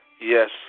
Yes